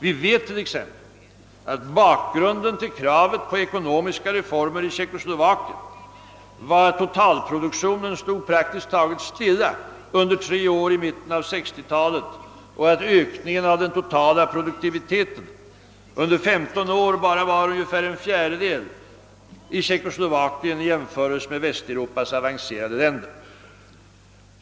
Vi vet t.ex. att bakgrunden till kravet på ekonomiska reformer i Tjeckoslovakien var att totalproduktionen stod praktiskt taget stilla under tre år i mitten av 1960-talet och att ökningen av den totala produktiviteten under 15 år bara var ungefär en fjärdedel i Tjeckoslovakien i jämförelse med motsvarande ökning i Västeuropas avancerade länder.